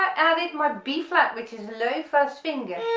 added my b flat, which is low first finger